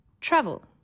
travel